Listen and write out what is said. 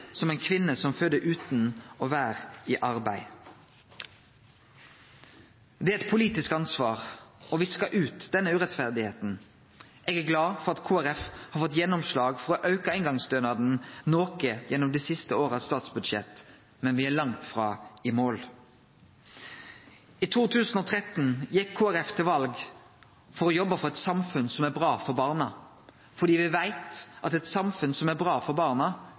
som ei kvinne som før utan å ha vore i arbeid. Det er eit politisk ansvar å viske ut denne urettferda. Eg er glad for at Kristeleg Folkeparti har fått gjennomslag for å auke eingongsstønaden noko gjennom statsbudsjettet dei siste åra, men me er langt frå i mål. I 2013 gjekk Kristeleg Folkeparti til val på å jobbe for det som er bra for barna, fordi me veit at eit samfunn som er bra for barna, er bra for